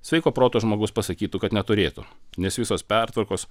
sveiko proto žmogus pasakytų kad neturėtų nes visos pertvarkos